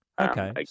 Okay